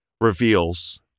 reveals